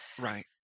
Right